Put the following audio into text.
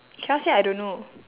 cannot say I don't know